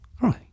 right